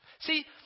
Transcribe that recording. See